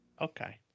okay